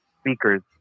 speakers